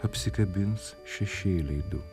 apsikabins šešėliai du